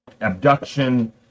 abduction